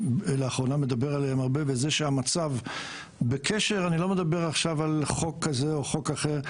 לאחרונה מדבר עליהם הרבה ואני לא מדבר עכשיו על חוק כזה או אחר,